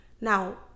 now